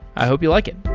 i hope you like it.